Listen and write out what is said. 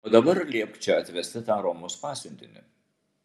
o dabar liepk čia atvesti tą romos pasiuntinį